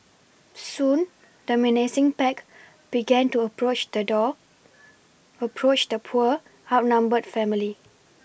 soon the menacing pack began to approach the door approach the poor outnumbered family